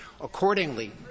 Accordingly